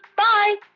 bye